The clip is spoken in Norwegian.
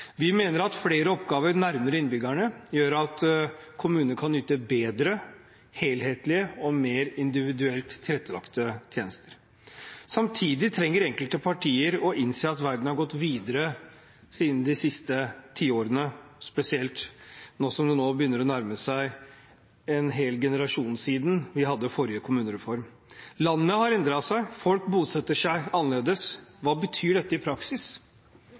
Vi mener at flere oppgaver nærmere innbyggerne gjør at kommunene kan yte bedre, helhetlige og mer individuelt tilrettelagte tjenester. Samtidig trenger enkelte partier å innse at verden har gått videre spesielt de siste tiårene, nå som det begynner å nærme seg en hel generasjon siden vi hadde den forrige kommunereformen. Landet har endret seg. Folk bosetter seg annerledes. Hva betyr dette i praksis?